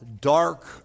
dark